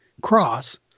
cross